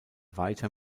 weiter